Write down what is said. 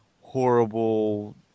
horrible